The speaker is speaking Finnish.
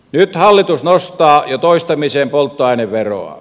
nyt hallitus nostaa jo toistamiseen polttoaineveroa